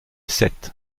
seth